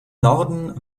norden